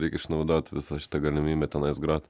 reikia išnaudot visą šitą galimybę tenais grot